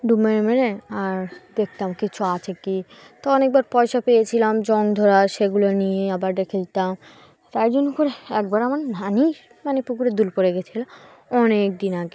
ডুব মেরে মেরে আর দেখতাম কিছু আছে কি তো অনেকবার পয়সা পেয়েছিলাম জং ধরা সেগুলো নিয়ে আবার রেখে দিতাম তাই জন্য করে একবার আমার নানির মানে পুকুরে দুল পড়ে গেছিলাম অনেক দিন আগে